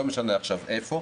ולא משנה עכשיו איפה,